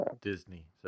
Disney